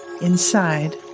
inside